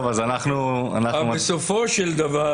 נצביע